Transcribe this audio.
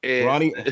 Ronnie